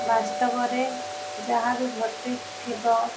ବାସ୍ତବରେ ଯାହାବି ଘଟିଥିବ